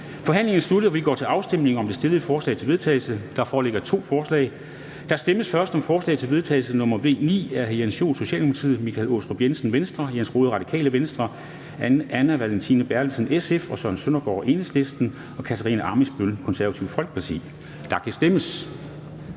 Forhandlingen er sluttet, og vi går til afstemning om de stillede forslag til vedtagelse. Der foreligger to forslag. Der stemmes først om forslag til vedtagelse nr. V 9 af Jens Joel (S), Michael Aastrup Jensen (V), Jens Rohde (RV), Anne Valentina Berthelsen (SF), Søren Søndergaard (EL) og Katarina Ammitzbøll (KF), og der kan stemmes.